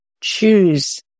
choose